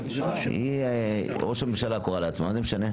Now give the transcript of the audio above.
היא קוראת לעצמה ראש הממשלה, מה זה משנה?